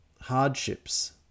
hardships